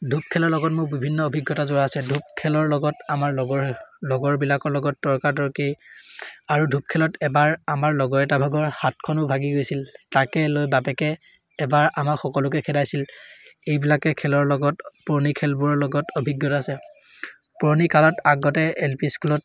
ধোপ খেলৰ লগত মোৰ বিভিন্ন অভিজ্ঞতা জোৰা আছে ধোপ খেলৰ লগত আমাৰ লগৰ লগৰবিলাকৰ লগত তৰ্কা তৰ্কী আৰু ধোপ খেলত এবাৰ আমাৰ লগৰ এটা ভাগৰ হাতখনো ভাগি গৈছিল তাকে লৈ বাপেকে এবাৰ আমাক সকলোকে খেদাইছিল এইবিলাকে খেলৰ লগত পুৰণি খেলবোৰৰ লগত অভিজ্ঞতা আছে পুৰণিকালত আগতে এল পি স্কুলত